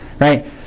Right